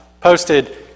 posted